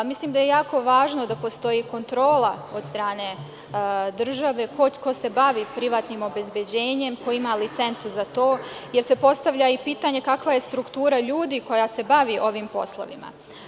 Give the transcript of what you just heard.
Mislim da je jako važno da postoji kontrola od strane države ko je to ko se bavi privatnim obezbeđenjem, ko ima licencu za to, jer se postavlja pitanje kakva je struktura ljudi koja se bavi ovim poslovima?